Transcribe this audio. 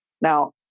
Now